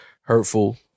hurtful